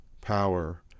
power